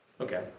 Okay